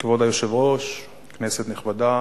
כבוד היושב-ראש, כנסת נכבדה,